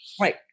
Right